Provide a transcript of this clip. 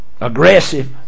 Aggressive